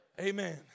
Amen